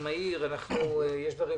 מה שני הדברים